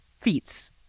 feats